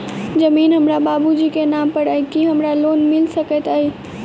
जमीन हमरा बाबूजी केँ नाम पर अई की हमरा ऋण मिल सकैत अई?